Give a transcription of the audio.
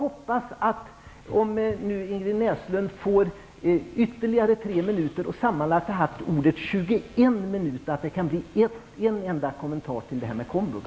Om Ingrid Näslund nu får ytterligare tre minuter på sig -- då har hon haft ordet i sammanlagt 21 minuter -- hoppas jag att det kan bli åtminstone en kommentar till det här med komvux.